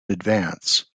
advance